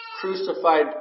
crucified